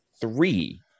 three